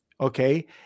Okay